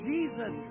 Jesus